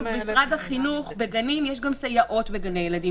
יש גם סייעות בגני ילדים,